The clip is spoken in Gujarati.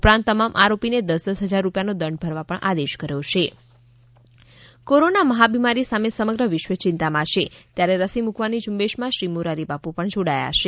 ઉપરાંત તમામ આરોપીને દસ દસ હજાર રૂપિયાનો દંડ ભરવા પણ આદેશ કર્યો છે મોરારિબાપુ રસી કોરોના મહા બિમારી સામે સમગ્ર વિશ્વ ચિંતામાં છે ત્યારે રસી મુકવાની ઝુંબેશમાં શ્રી મોરારિબાપુ પણ જોડાયા છે